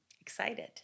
Excited